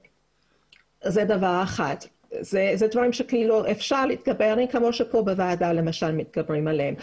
אלה דברים שאפשר להתגבר עליהם כמו שבוועדה כאן מתגברים עליהם.